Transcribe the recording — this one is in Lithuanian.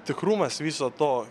tikrumas viso to